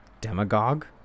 demagogue